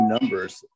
numbers